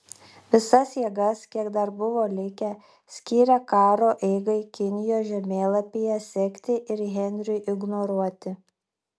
visas jėgas kiek dar buvo likę skyrė karo eigai kinijos žemėlapyje sekti ir henriui ignoruoti